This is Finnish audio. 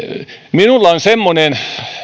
minulla on semmoinen